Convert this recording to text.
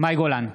מאי גולן,